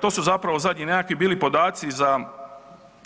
to su zapravo zadnji nekakvi bili podaci za